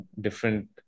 different